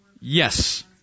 yes